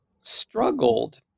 struggled